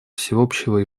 всеобщего